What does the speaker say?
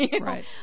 Right